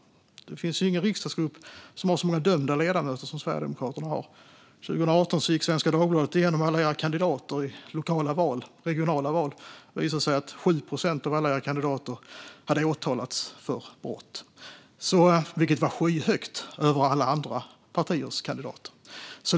Det finns ingen riksdagsgrupp som har så många dömda ledamöter som Sverigedemokraterna har. År 2018 gick Svenska Dagbladet igenom alla era kandidater i lokala och regionala val. Det visade sig att 7 procent av alla era kandidater hade åtalats för brott, vilket var skyhögt över alla andra partier.